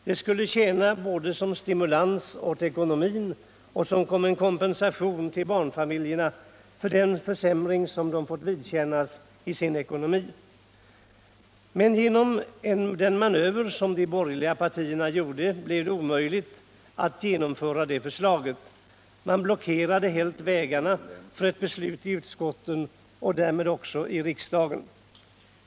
Det skulle tjäna både som stimulans åt ekonomin och som en kompensation till barnfamiljerna för den försämring de fått vidkännas i sin ekonomi. Men genom den manöver som de borgerliga partierna gjorde blev det omöjligt att genomföra det förslaget. Man blockerade helt vägarna för ett beslut i utskotten och därmed också i riksdagen.